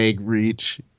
reach